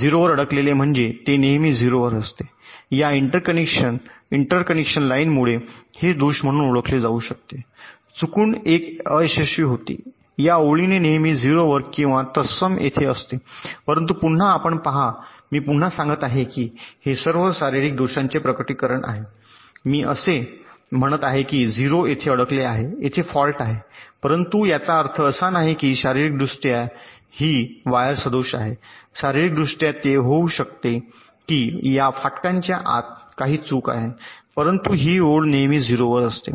0 वर अडकले म्हणजे ते नेहमी 0 वर असते या इंटरकनेक्शन इंटरकनेक्शन लाइनमुळे हे दोष म्हणून ओळखले जाऊ शकते चुकून एक अयशस्वी होते या ओळीने नेहमी 0 वर किंवा तत्सम येथे असते परंतु पुन्हा आपण पहा मी पुन्हा सांगत आहे की हे सर्व शारीरिक दोषांचे प्रकटीकरण आहे मी असे म्हणत आहे की 0 येथे अडकले आहे येथे फॉल्ट आहे परंतु याचा अर्थ असा नाही की शारीरिकदृष्ट्या ही वायर सदोष आहे शारीरिकदृष्ट्या ते होऊ शकते की या फाटकाच्या आत काही चूक आहे परंतु ही ओळ नेहमी 0 वर असते